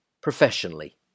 professionally